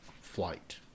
flight